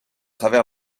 travers